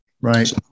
Right